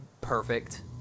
perfect